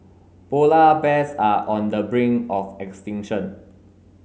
polar bears are on the brink of extinction